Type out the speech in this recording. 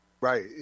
Right